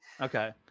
Okay